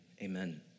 amen